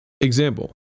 Example